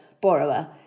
borrower